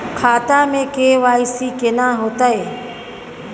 खाता में के.वाई.सी केना होतै?